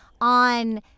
on